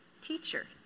teacher